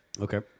okay